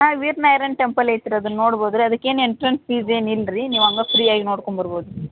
ಹಾಂ ವೀರ ನಾರಾಯಣ ಟೆಂಪಲ್ ಐತೆ ರೀ ಅದನ್ನು ನೋಡ್ಬೌದು ರೀ ಅದಕ್ಕೇನು ಎಂಟ್ರೆನ್ಸ್ ಫೀಸ್ ಏನು ಇಲ್ಲರಿ ನೀವು ಹಂಗಾ ಫ್ರೀ ಆಗಿ ನೋಡ್ಕೊಂಡು ಬರ್ಬೌದು